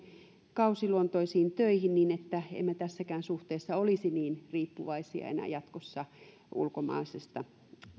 kausiluontoisiin töihin niin että emme tässäkään suhteessa olisi niin riippuvaisia enää jatkossa ulkomaisesta